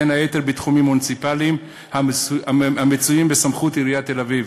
בין היתר בתחומים מוניציפליים המצויים בסמכות עיריית תל-אביב,